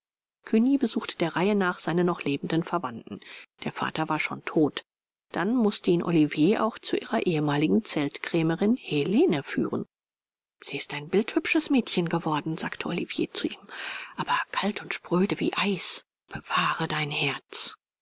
cugny besuchte der reihe nach seine noch lebenden verwandten der vater war schon tot dann mußte ihn olivier auch zu ihrer ehemaligen zeltkrämerin helene führen sie ist ein bildschönes mädchen geworden sagte olivier zu ihm aber kalt und spröde wie eis bewahre dein herz